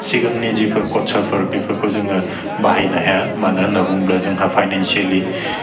सिगांनि जिफोर कच्चारफोर बेफोरखौ जोङो बाहायनो हाया मानो होन्ना बुङोब्ला जोंहा फाइनानसियेलि